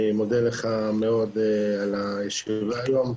אני מודה לך מאוד על הישיבה היום,